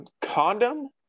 condom